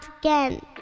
again